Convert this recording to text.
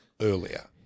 earlier